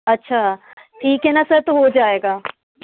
अच्छा ठीक है ना सर तो हो जाएगा